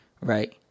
right